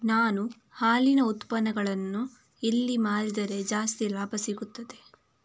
ನಾನು ಹಾಲಿನ ಉತ್ಪನ್ನಗಳನ್ನು ಎಲ್ಲಿ ಮಾರಿದರೆ ಜಾಸ್ತಿ ಲಾಭ ಸಿಗುತ್ತದೆ?